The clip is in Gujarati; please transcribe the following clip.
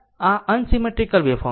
આમ આ અનસીમેટ્રીકલ વેવફોર્મ છે